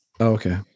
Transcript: Okay